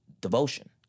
devotion